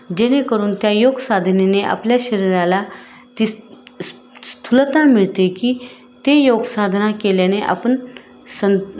जेणेकरून त्या योगसाधनेने आपल्या शरीराला ती स्थूलता मिळते की ते योगसाधना केल्याने आपण सं